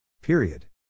Period